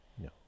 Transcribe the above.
No